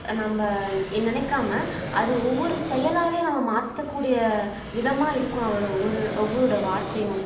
நம்ம நினைக்காமல் அது ஒவ்வொரு செயலாகவே நாம் மாற்றக்கூடிய விதமாக இருக்கும் அவரோட ஒவ்வொரு ஒரு அவரோட வார்த்தையும்